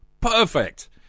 Perfect